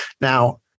Now